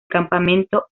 campamento